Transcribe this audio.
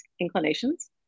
inclinations